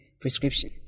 prescription